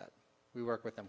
that we work with them